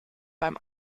beim